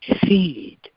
feed